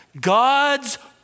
God's